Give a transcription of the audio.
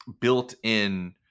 built-in